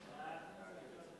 סעיפים 1